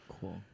Cool